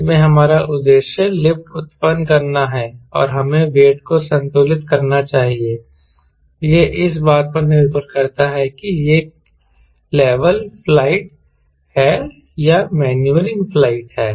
अंत में हमारा उद्देश्य लिफ्ट उत्पन्न करना है और हमें वेट को संतुलित करना चाहिए यह इस बात पर निर्भर करता है कि यह लेवल फ्लाइट है या मैन्यूवरिंग फ्लाइट है